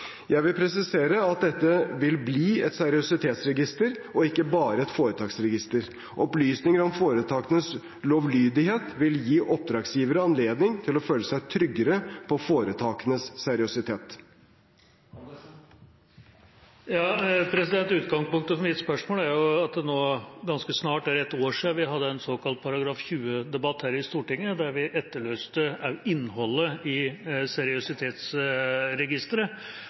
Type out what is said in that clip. Jeg vil presisere at dette vil bli et seriøsitetsregister og ikke bare et foretaksregister. Opplysninger om foretakenes lovlydighet vil gi oppdragsgiverne anledning til å føle seg tryggere på foretakenes seriøsitet. Utgangspunktet for mitt spørsmål er at det ganske snart er ett år siden vi hadde en såkalt § 20-debatt her i Stortinget, der vi etterlyste innholdet i seriøsitetsregisteret.